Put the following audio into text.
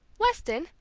weston!